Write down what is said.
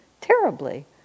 terribly